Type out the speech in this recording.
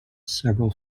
several